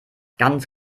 ganz